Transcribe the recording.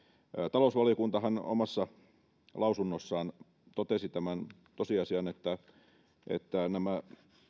talousvaliokuntahan omassa lausunnossaan totesi tämän tosiasian että että nämä